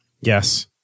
Yes